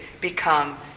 become